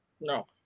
No